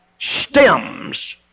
stems